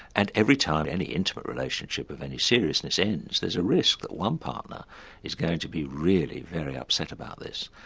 and every time any intimate relationship of any seriousness ends there's a risk that one partner is going to be really very upset about this.